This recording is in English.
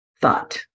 thought